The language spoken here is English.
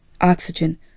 Oxygen